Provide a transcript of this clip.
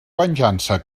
venjança